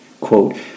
Quote